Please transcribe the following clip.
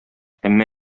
әмма